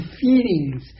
feelings